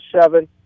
seven